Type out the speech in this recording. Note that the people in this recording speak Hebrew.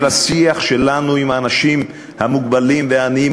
של השיח שלנו עם האנשים המוגבלים והעניים,